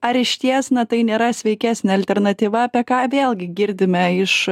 ar išties na tai nėra sveikesnė alternatyva apie ką vėlgi girdime iš